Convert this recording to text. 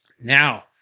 Now